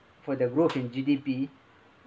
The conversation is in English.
for the growth in G_D_P